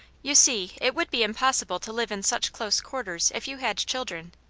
you see it would be impossible to live in such close quarters if you had children.